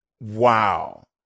Wow